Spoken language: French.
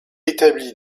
établit